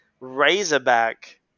Razorback